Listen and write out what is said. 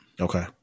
Okay